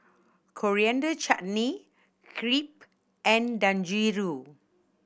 Coriander Chutney Crepe and Dangojiru